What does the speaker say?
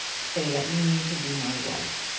say that you mean to be my wife.